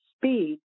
speed